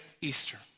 Easter